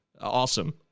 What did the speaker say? awesome